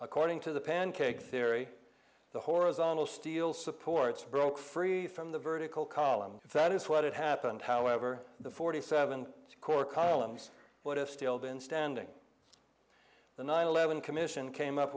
according to the pancake theory the horizontal steel supports broke free from the vertical column if that is what had happened however the forty seven core columns would have still been standing the nine eleven commission came up